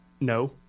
No